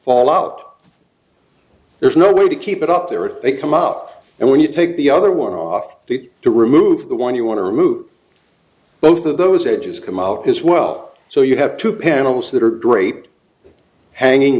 fall out there's no way to keep it up there are they come out and when you take the other one off the to remove the one you want to remove both of those edges come out as well so you have two panels that are great hanging